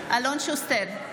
אלון שוסטר,